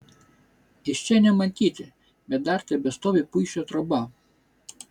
iš čia nematyti bet dar tebestovi puišio troba